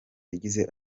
yagize